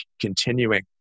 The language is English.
continuing